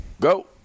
go